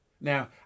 Now